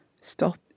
stop